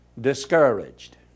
discouraged